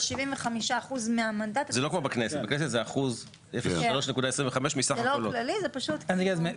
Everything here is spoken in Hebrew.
שזה בהחלט קבוצה שיכולה מספיק להגיע לייצוג.